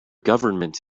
government